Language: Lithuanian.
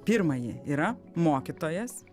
pirmąjį yra mokytojas